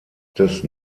des